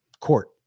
court